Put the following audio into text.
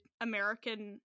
American